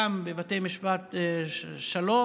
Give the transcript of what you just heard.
גם בבתי משפט השלום,